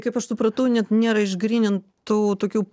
kaip aš supratau net nėra išgrynintų tokių